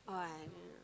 oh I don't know